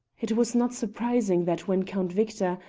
it was not surprising that when count victor,